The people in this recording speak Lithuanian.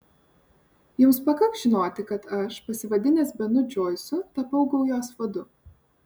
jums pakaks žinoti kad aš pasivadinęs benu džoisu tapau gaujos vadu